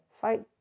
fight